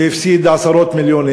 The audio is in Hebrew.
והוא הפסיד עשרות מיליונים.